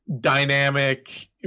dynamic